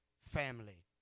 family